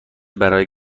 برای